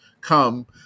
come